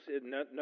no